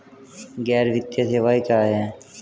गैर वित्तीय सेवाएं क्या हैं?